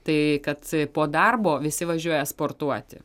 tai kad po darbo visi važiuoja sportuoti